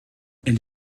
elle